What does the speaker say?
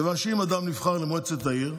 כיוון שאם אדם נבחר למועצת העיר,